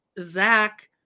Zach